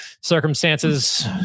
circumstances